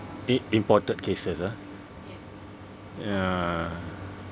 i~ imported cases ah ya